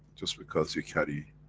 just because we carry,